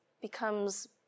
becomes